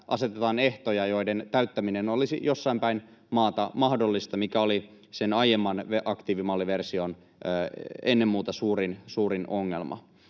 asetetaan ehtoja, joiden täyttäminen olisi jossain päin maata mahdotonta, mikä oli sen aiemman aktiivimalliversion ennen muuta suurin ongelma.